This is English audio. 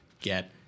get